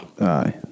Aye